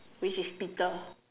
which is Peter